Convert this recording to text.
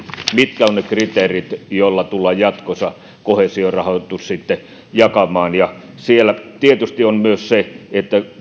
mitkä ovat ne kriteerit joilla tullaan jatkossa koheesiorahoitus jakamaan siellä tietysti on myös se että